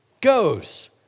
Goes